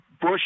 Bush